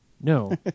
No